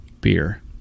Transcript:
beer